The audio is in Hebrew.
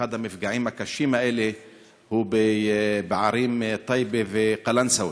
אחד המפגעים הקשים הוא בערים טייבה וקלנסואה,